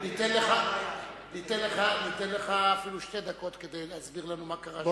אנחנו ניתן לך אפילו שתי דקות כדי להסביר לנו מה קרה שם.